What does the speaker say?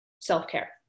self-care